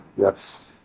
yes